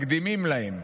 מקדימים להם,